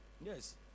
Yes